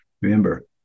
remember